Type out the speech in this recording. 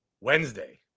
wednesday